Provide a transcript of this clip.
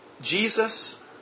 Jesus